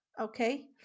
Okay